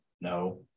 No